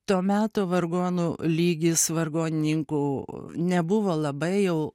to meto vargonų lygis vargonininkų nebuvo labai jau